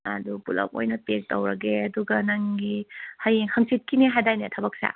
ꯑꯗꯨ ꯄꯨꯂꯞ ꯑꯣꯏꯅ ꯄꯦꯛ ꯇꯧꯔꯒꯦ ꯑꯗꯨꯒ ꯅꯪꯒꯤ ꯍꯌꯦꯡ ꯍꯪꯆꯤꯠꯀꯤꯅꯦ ꯍꯥꯏꯗꯥꯏꯅꯦ ꯊꯕꯛꯁꯦ